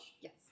Yes